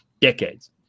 decades